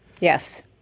Yes